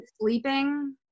Sleeping